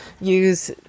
use